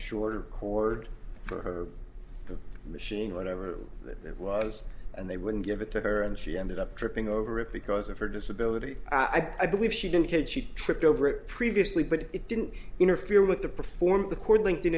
shorter cord for the machine or whatever it was and they wouldn't give it to her and she ended up tripping over it because of her disability i believe she'd been killed she tripped over it previously but it didn't interfere with the performer the court lin